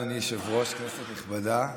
אדוני היושב-ראש, כנסת נכבדה,